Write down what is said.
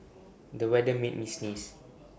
the weather made me sneeze